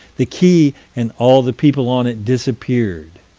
the quay and all the people on it disappeared.